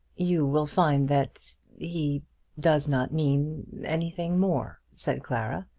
you will find that he does not mean anything more, said clara.